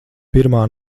pirmā